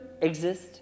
exist